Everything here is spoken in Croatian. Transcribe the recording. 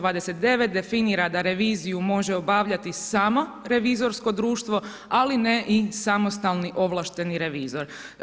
29. definira da reviziju može obavljati samo revizorsko društvo, ali ne i samostalni ovlašteni revizor.